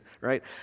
right